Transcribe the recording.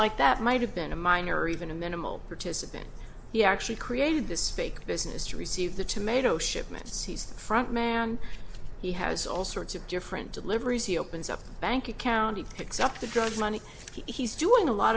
like that might have been a minor or even a minimal participant he actually created this fake business to receive the tomato shipments he's front man he has all sorts of different deliveries he opens up a bank account he picks up the drug money he's doing a lot